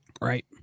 Right